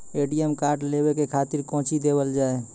ATM card लेवे के खातिर कौंची देवल जाए?